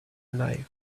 alive